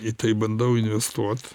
į tai bandau investuot